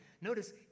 Notice